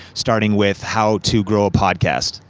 starting with how to grow a podcast.